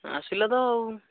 ଆସିଲାତ ଆଉ